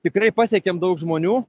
tikrai pasiekėm daug žmonių